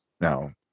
Now